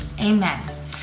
amen